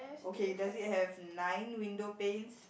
okay does it have nine window paints